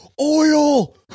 oil